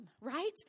right